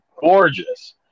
gorgeous